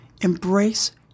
Embrace